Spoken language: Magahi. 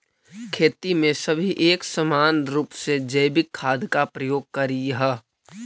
खेती में सभी एक समान रूप से जैविक खाद का प्रयोग करियह